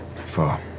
for